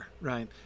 right